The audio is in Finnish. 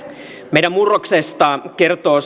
meidän murroksesta kertoo